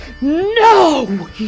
no